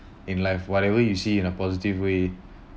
in life whatever you see in a positive way